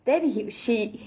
then he she